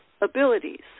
abilities